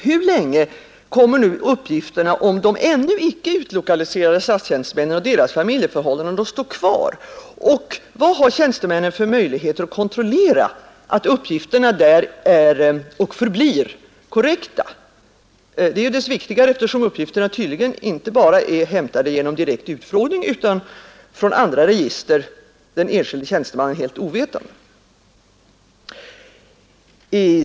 Hur länge kommer uppgifterna om de ännu inte utlokaliserade statstjänstemännen och deras familjeförhällanden att stå kvar, och vad har tjänstemännen för möjlighet att kontrollera att uppgifterna där är och förblir korrekta? Dessa frågor är så mycket viktigare som uppgifterna tydligen inte bara är hämtade genom direkt utfrågning utan från andra register, den enskilde tjänstemannen helt ovetande.